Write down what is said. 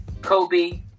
Kobe